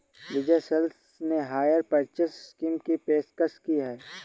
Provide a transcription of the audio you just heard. विजय sales ने hire purchase scheme की पेशकश की हैं